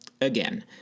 Again